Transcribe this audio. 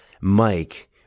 Mike